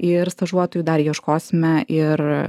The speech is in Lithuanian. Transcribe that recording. ir stažuotojų dar ieškosime ir